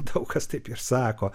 daug kas taip ir sako